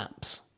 apps